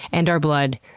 and our blood,